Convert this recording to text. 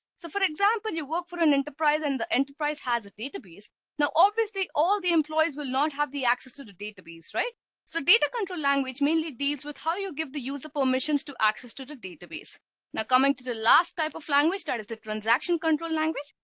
so for example, you work for an enterprise and the enterprise has a database now, obviously all the employees will not have the access to the database right so data control language. mainly deals with how you give the user permissions to access to to the database now coming to the last type of language that is the transaction control language.